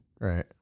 Right